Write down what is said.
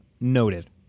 noted